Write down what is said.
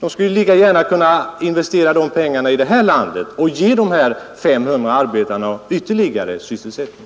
Man skulle lika gärna kunna investera de pengarna i Sverige och ge dessa 500 arbetare ytterligare sysselsättning.